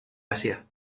asia